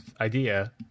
idea